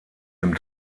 dem